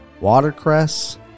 watercress